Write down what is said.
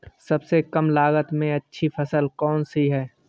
सबसे कम लागत में अच्छी फसल कौन सी है?